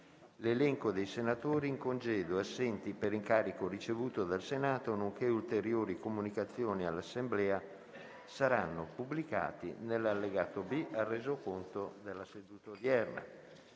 L'elenco dei senatori in congedo e assenti per incarico ricevuto dal Senato, nonché ulteriori comunicazioni all'Assemblea saranno pubblicati nell'allegato B al Resoconto della seduta odierna.